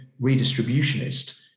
redistributionist